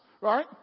right